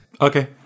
Okay